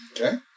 Okay